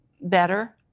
better